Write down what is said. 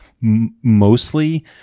mostly